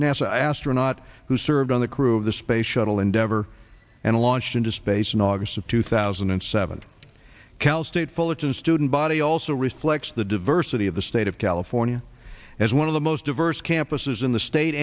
nasa astronaut who served on the crew of the space shuttle endeavor and launched into space in august of two thousand and seven cal state fullerton student body also reflects the diversity of the state of california as one of the most diverse campuses in the state